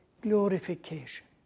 glorification